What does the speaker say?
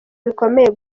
bikomeye